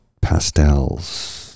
pastels